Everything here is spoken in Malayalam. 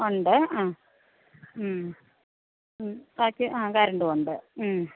ഉണ്ട് ആ മ്മ് മ്മ് ബാക്കി ആ കറണ്ടും ഉണ്ട് മ്മ്